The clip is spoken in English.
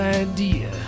idea